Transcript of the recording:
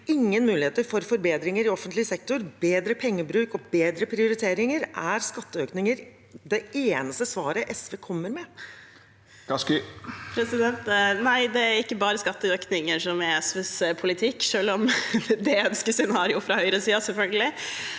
ingen muligheter for forbedringer i offentlig sektor – bedre pengebruk og bedre prioriteringer? Er skatteøkninger det eneste svaret SV kommer med? Kari Elisabeth Kaski (SV) Nei, det er ikke bare skatteøkninger som er SVs politikk, selv om det er et ønsket scenario fra høyresiden, selvfølgelig.